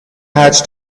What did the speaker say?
hatch